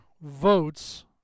votes